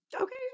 okay